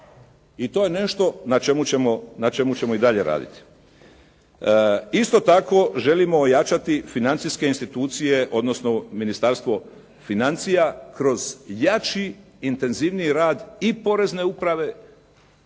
i to je nešto na čemu ćemo i dalje raditi. Isto tako želimo ojačati financijske institucije, odnosno Ministarstvo financija kroz jači intenzivniji rad i porezne uprave